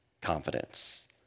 confidence